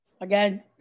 again